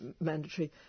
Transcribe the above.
mandatory